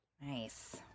Nice